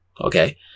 okay